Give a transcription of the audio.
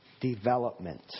development